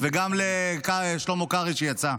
וגם לשלמה קרעי שיצא.